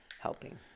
helping